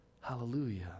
Hallelujah